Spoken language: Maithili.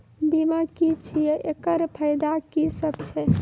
बीमा की छियै? एकरऽ फायदा की सब छै?